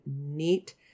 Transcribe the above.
neat